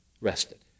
rested